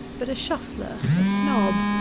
but a shuffler, a snob,